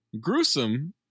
Gruesome